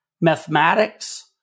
mathematics